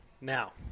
Now